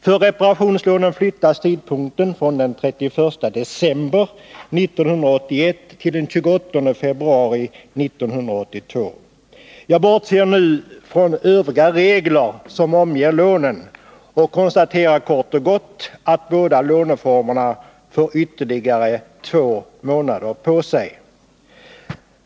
För reparationslånen flyttas tidpunkten från den 31 december 1981 till den 28 februari 1982. Jag bortser nu från övriga regler som omger lånen och konstaterar kort och gott att båda låneformerna får ytterligare två månader på sig.